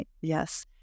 Yes